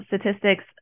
statistics